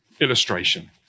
Illustration